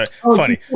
funny